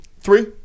Three